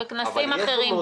בכנסים אחרים,